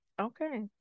Okay